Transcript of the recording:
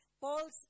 Paul's